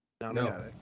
no